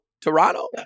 Toronto